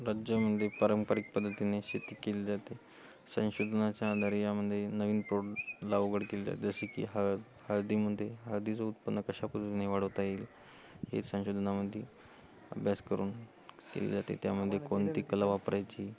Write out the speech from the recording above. राज्यामध्ये पारंपारिक पद्धतीने शेती केली जाते संशोधनाच्या आधार यामदे नवीन प्रोड लागवड केली जाते जसे की हळ हळदीमदे हळदीचं उत्पन्न कशा पद्धतीने वाढवता येईल हे संशोधनामध्ये अभ्यास करून केली जाते त्यामदे कोणती कला वापरायची